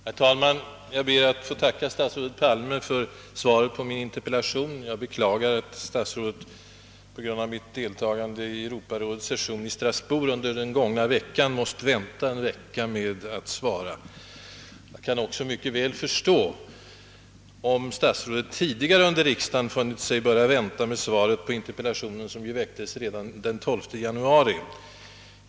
Herr talman! Jag ber att få tacka statsrådet Palme för svaret på min interpellation. — Jag beklagar att statsrådet på grund av mitt deltagande i Europarådets session i Strasbourg måst vänta en vecka med att svara. Jag kan också mycket väl förstå om statsrådet tidigare under riksdagen funnit sig böra vänta med att besvara interpellationen, som ju framställdes redan den 12 januari.